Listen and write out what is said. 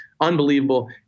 unbelievable